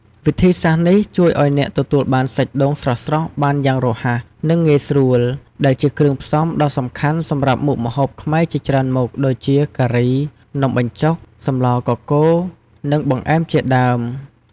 វិធីសាស្រ្តនេះជួយឱ្យអ្នកទទួលបានសាច់ដូងស្រស់ៗបានយ៉ាងរហ័ស និងងាយស្រួល ដែលជាគ្រឿងផ្សំដ៏សំខាន់សម្រាប់មុខម្ហូបខ្មែរជាច្រើនមុខ ដូចជាការី នំបញ្ចុក សម្លកកូរ និងបង្អែមជាដើម។